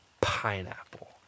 pineapple